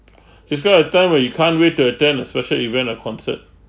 describe a time when you can't wait to attend a special event or concert